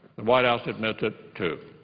the white house admits it, too.